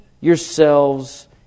yourselves